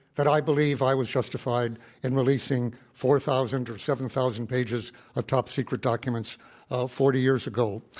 that i believe i was justified in releasing four thousand or seven thousand pages of top secret documents forty years ago,